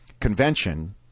convention